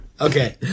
Okay